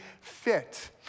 fit